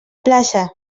plaça